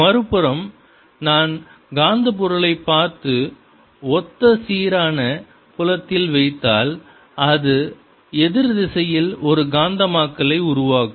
மறுபுறம் நான் காந்தப் பொருளைப் பார்த்து ஒத்த சீரான புலத்தில் வைத்தால் அது எதிர் திசையில் ஒரு காந்தமாக்கலை உருவாக்கும்